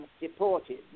deported